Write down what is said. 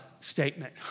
statement